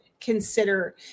consider